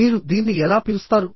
మీరు దీన్ని ఎలా పిలుస్తారు